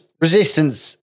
resistance